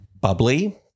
bubbly